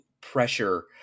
pressure